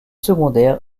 secondaires